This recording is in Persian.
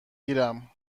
گیرم